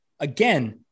Again